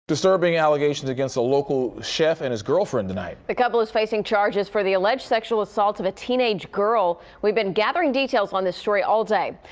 disturbing allegations against a local chef and his girlfriend. the couple is facing charges for the alleged sexual assault of a teenage girl. we've been gathering details on this story all day.